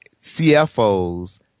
CFOs